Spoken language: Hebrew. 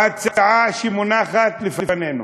בהצעה שמונחת לפנינו.